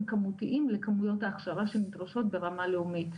כמותיים לכמויות ההכשרה שנדרשות ברמה לאומית.